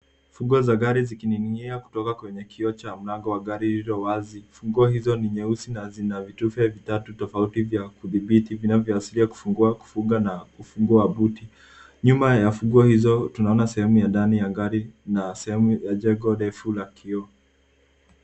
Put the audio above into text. Funguo za gari zikining'inia kutoka kwenye kioo cha mlango wa gari iliowazi. Funguo hizo ni nyeusi na zina vitufe vitatu tofauti vya kudhibiti vinavyoashiria kufunga, kufungua na kufungua buti. Nyuma ya funguo hizo, tunaona sehemu ya ndani ya gari na sehemu ya jengo refu la kioo.